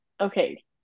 Okay